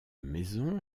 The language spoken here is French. maison